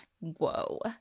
whoa